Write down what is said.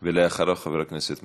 אחריו, חבר הכנסת מרגי.